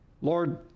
Lord